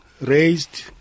raised